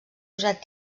usat